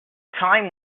time